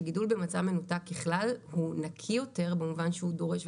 שגידול במצע מנותק ככלל הוא נקי יותר במובן שהוא דורש.